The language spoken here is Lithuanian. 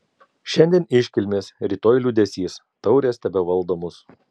šiandien iškilmės rytoj liūdesys taurės tebevaldo mus